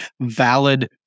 valid